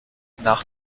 nach